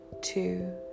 two